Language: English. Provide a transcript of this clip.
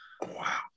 wow